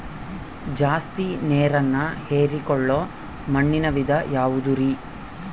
ಜಾಸ್ತಿ ನೇರನ್ನ ಹೇರಿಕೊಳ್ಳೊ ಮಣ್ಣಿನ ವಿಧ ಯಾವುದುರಿ?